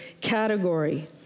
category